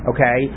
Okay